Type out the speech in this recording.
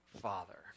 father